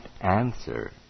answer